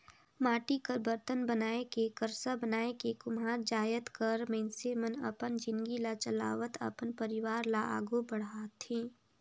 माटी कर बरतन बनाए के करसा बनाए के कुम्हार जाएत कर मइनसे मन अपन जिनगी ल चलावत अपन परिवार ल आघु बढ़ाथे